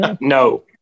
no